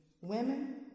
women